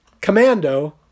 Commando